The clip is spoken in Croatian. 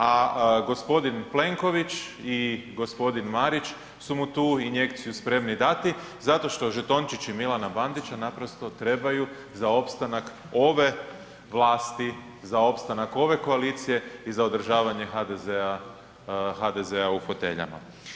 A g. Plenković i g. Marić su mu tu injekciju spremni dati zato što žetončići Milana Bandića naprosto trebaju za opstanak ove vlasti, za opstanak ove koalicije i za održavanje HDZ-a u foteljama.